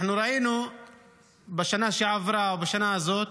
אנחנו ראינו בשנה שעברה ובשנה הזאת